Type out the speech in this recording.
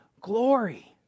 glory